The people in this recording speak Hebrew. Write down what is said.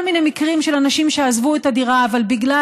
יש כל מיני מקרים של אנשים שעזבו את הדירה אבל בגלל